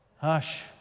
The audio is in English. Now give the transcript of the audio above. hush